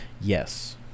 yes